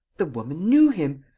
the woman knew him!